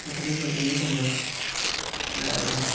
ମୋତେ ଟିକେ ଜଲ୍ଦି ନେଇ ପହଞ୍ଚାନ୍ତୁ ଦୟା କରନ୍ତୁ